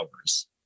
hours